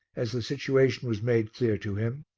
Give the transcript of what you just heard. as the situation was made clear to him,